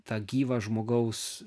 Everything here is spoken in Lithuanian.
tą gyvą žmogaus